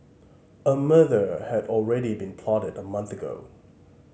a murder had already been plotted a month ago